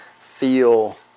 feel